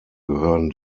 gehören